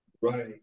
Right